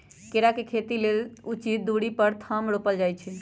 केरा के खेती लेल उचित दुरी पर थम रोपल जाइ छै